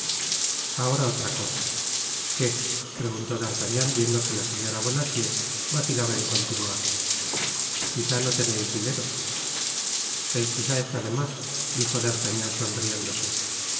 ahora otra cosa qué preguntó d'artagnan viendo que la señora bonacieux vacilaba en continuar quiza no teneis dinero el quizá está de mas dijo d'artagnan sonriéndose